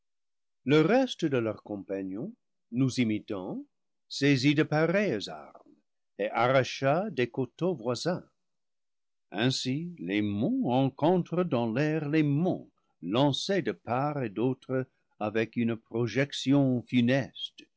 le reste de leurs compagnons nous imitant saisit de pa reilles armes et arracha les coteaux voisins ainsi les monts rencontrent dans l'air les monts lancés de part et d'autre avec une projection funeste